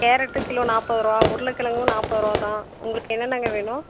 கேரட்டும் கிலோ நாற்பதுருவா உருளைகெழங்கும் கிலோ நாற்பதுருவா தான் உங்களுக்கு என்னென்னங்க வேணும்